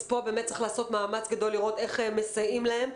פה צריך לעשות מאמץ גדול לראות איך מסייעים להם.